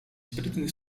sprytny